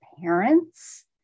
parents